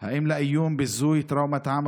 אם הממשלה מוכנה ללכת לקנייה מרוכזת עבור אותן